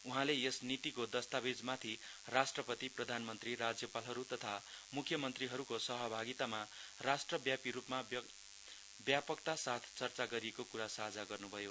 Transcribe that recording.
उहाँले यस नीतिको दस्तावेजमाथि राष्ट्रपति प्रधानमन्त्री राज्यपालहरू तथा मुख्यमन्त्रीहरूको सहभागितामा राष्ट्रव्यापी रूपमा व्यापक्ताका साथ चर्चा गरिएको क्रा साझा गर्नुभयो